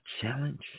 challenge